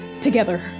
together